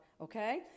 okay